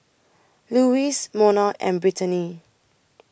Lewis Monna and Brittaney